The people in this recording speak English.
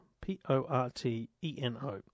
P-O-R-T-E-N-O